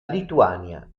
lituania